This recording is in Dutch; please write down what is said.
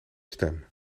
stem